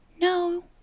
No